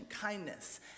kindness